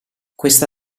questa